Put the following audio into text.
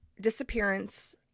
disappearance